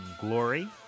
glory